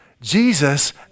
Jesus